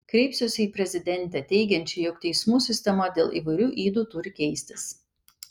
kreipsiuosi į prezidentę teigiančią jog teismų sistema dėl įvairių ydų turi keistis